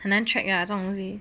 很难 check 啊这种东西